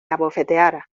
abofeteara